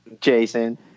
Jason